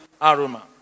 aroma